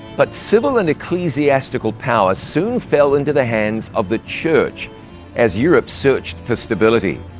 but civil and ecclesiastical power soon fell into the hands of the church as europe searched for stability.